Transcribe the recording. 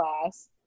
class